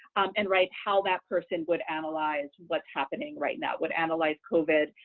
and write how that person would analyze what's happening right now, would analyze covid,